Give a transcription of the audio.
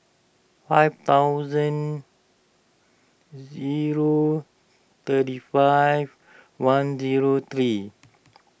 five thousand zero thirty five one zero three